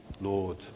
Lord